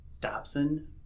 Dobson